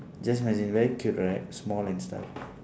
just imagine very cute right small and stuff